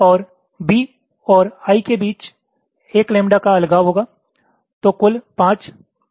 और B और I के बीच 1 लैम्ब्डा का अलगाव होगा